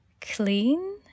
clean